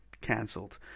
cancelled